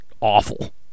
Awful